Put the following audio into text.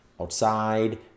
outside